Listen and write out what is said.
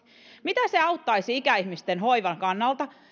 mitä se auttaisi ikäihmisten hoivan kannalta